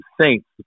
Saints